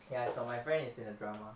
ya I saw my friend is in a drama